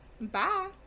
Bye